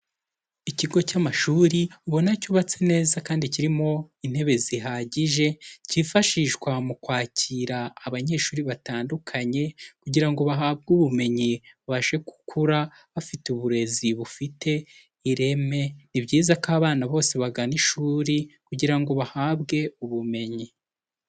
Ikigo cy'amashuri ubona cyubatse neza kandi kirimo intebe zihagije, cyifashishwa mu kwakira abanyeshuri batandukanye kugira ngo bahabwe ubumenyi, babashe gukura bafite uburezi bufite ireme, ni byiza ko abana bose bagana ishuri kugira ngo bahabwe ubumenyi.